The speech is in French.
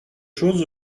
chose